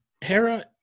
Hera